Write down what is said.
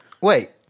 Wait